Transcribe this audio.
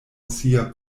sia